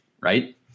right